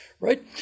Right